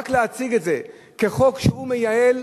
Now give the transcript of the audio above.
רק להציג את זה כחוק שהוא מייעל,